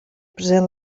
present